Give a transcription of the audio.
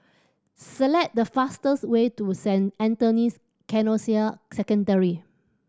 select the fastest way to Saint Anthony's Canossian Secondary